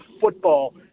football